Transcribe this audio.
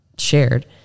shared